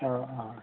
অঁ হয়